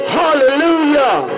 hallelujah